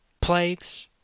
plagues